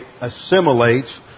assimilates